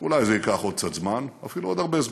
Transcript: אולי זה ייקח עוד קצת זמן, אפילו עוד הרבה זמן,